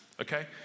okay